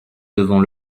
devant